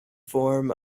form